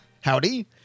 Howdy